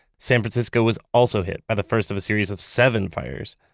san francisco was also hit by the first of a series of seven fires.